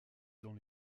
dans